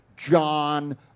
John